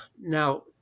Now